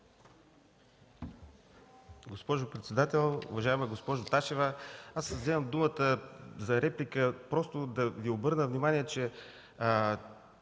Госпожо председател! Уважаема госпожо Ташева, вземам думата за реплика, за да Ви обърна внимание, че